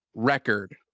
Record